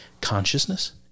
consciousness